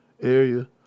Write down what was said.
Area